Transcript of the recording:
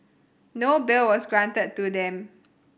no bail was granted to them